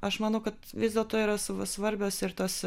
aš manau kad vis dėlto yra svarbios ir tos